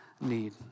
need